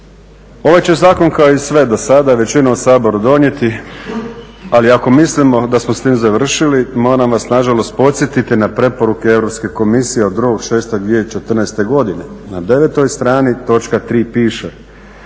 Ovaj će zakon kao i sve do sada većina u Saboru donijeti, ali ako mislimo da smo s tim završili moram vas nažalost podsjetiti na preporuke Europske komisije od 2.6.2014. godine, na 9 strani točka 3. piše